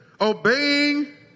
obeying